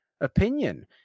Opinion